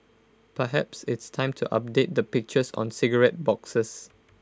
perhaps it's time to update the pictures on cigarette boxes